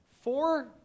four